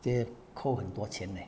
!hey! 扣很多钱哪